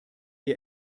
ihr